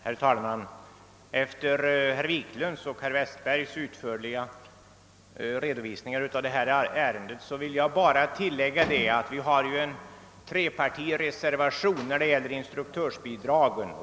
Herr talman! Efter herrar Wiklunds och Westbergs i Ljusdal utförliga redovisningar av detta ärende kan jag bara tillägga att vi under nästa punkt har en trepartireservation när det gäller instruktörsbidragen.